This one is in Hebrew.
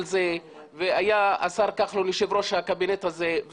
זה והיה השר כחלון יו"ר הקבינט הזה,